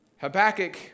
Habakkuk